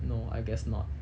no I guess not